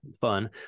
fun